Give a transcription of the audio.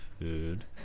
food